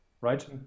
right